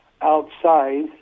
outside